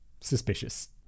suspicious